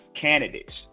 candidates